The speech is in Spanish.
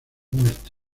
muerte